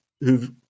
who've